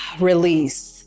release